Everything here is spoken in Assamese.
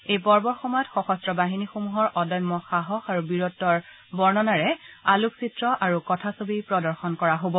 এই পৰ্বৰ সময়ত সশস্ত্ৰ বাহিনীসমূহৰ অদ্যম সাহস আৰু বীৰত্বৰ বৰ্ণনাৰে আলোকচিত্ৰ আৰু কথাছবি প্ৰদৰ্শন কৰা হ'ব